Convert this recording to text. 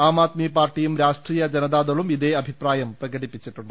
ആംആദ്മി പാർട്ടിയും രാഷ്ട്രീയ ജനതാദളും ഇതേ അഭിപ്രായം പ്രകടിപ്പിച്ചിട്ടുണ്ട്